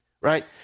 right